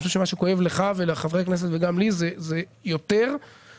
אני חושב שמה שכואב לך ולחברי הכנסת וגם לי זה יותר הצורך,